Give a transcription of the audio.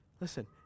Listen